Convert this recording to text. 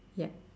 ya